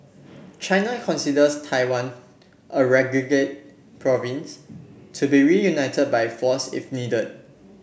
China considers Taiwan a renegade province to be reunited by force if needed